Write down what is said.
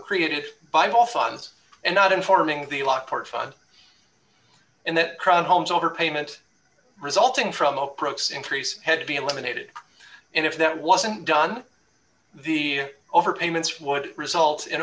created by all funds and not informing the lockport fun in that crowd homes over payment resulting from a proxy increase had to be eliminated and if that wasn't done the overpayments would result